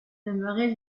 demeurait